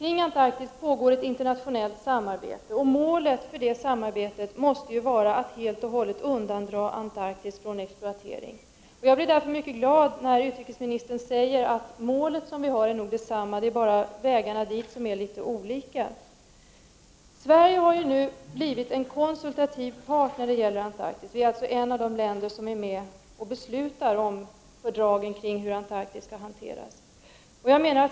Om Antarktis pågår ett internationellt samarbete, och målet för detta måste vara att helt och hållet undandra Antarktis från exploatering. Jag blir därför mycket glad när utrikesministern säger att vårt mål nog är detsamma — det är bara vägarna dit som är olika. Sverige har nu blivit en konsultativ part när det gäller Antarktis. Vårt land är alltså ett av de länder som är med och beslutar om fördragen om hur Antarktis skall hanteras.